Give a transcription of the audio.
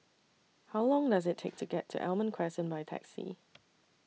How Long Does IT Take to get to Almond Crescent By Taxi